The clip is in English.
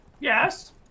yes